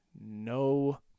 no